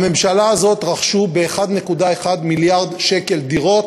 בממשלה הזאת רכשו ב-1.1 מיליארד שקל דירות.